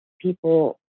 people